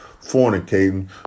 fornicating